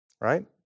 Right